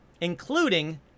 Including